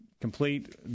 complete